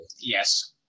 yes